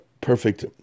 perfect